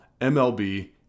MLB